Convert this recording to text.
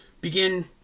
begin